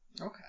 Okay